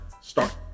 start